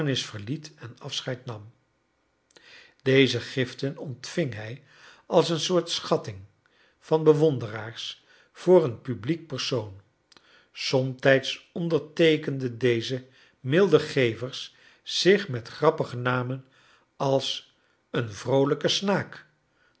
verliet en afscheid nam deze giften ontving hij als een soort schatting van bewonderaars voor een publiek persoon somtijds onderteekenden deze milde gevers zich met grappige namen als een vroolijke snaak